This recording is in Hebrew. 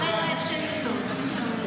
אין, אתה, לא סתם אתה יו"ר ועדת האתיקה, ינון.